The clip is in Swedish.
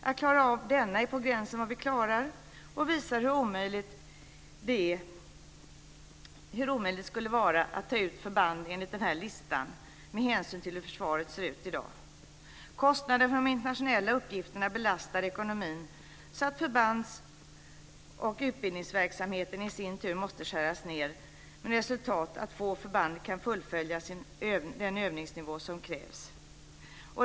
Att bemanna denna är på gränsen till vad vi klarar och visar hur omöjligt det skulle vara att ta ut förband enligt listan med hänsyn till hur försvaret ser ut i dag. Kostnaderna för de internationella uppgifterna belastar ekonomin så att förbands och utbildningsverksamheten i sin tur måste skäras ned med resultat att få förband kan ha den övningsnivå som krävs.